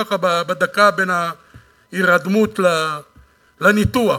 ככה בדקה בין ההירדמות לניתוח,